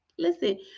Listen